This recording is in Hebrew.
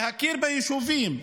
להכיר ביישובים,